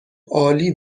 عالی